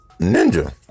Ninja